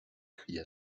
cria